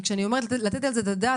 כשאני אומרת לתת על זה את הדעת,